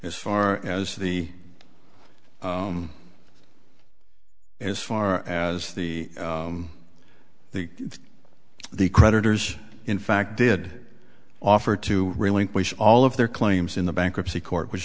as far as the as far as the the the creditors in fact did offer to relinquish all of their claims in the bankruptcy court which